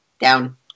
Down